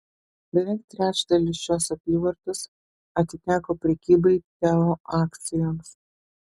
beveik trečdalis šios apyvartos atiteko prekybai teo akcijomis